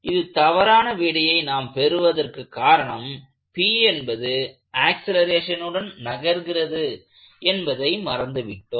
இது தவறான விடையை நாம் பெறுவதற்கு காரணம் P என்பது ஆக்சலேரேஷனுடன் நகர்கிறது என்பதை மறந்துவிட்டோம்